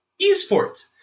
eSports